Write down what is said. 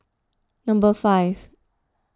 number five